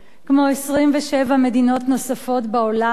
כמו 27 מדינות נוספות בעולם,